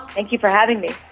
thank you for having me.